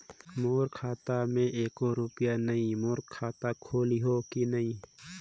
मोर खाता मे एको रुपिया नइ, मोर खाता खोलिहो की नहीं?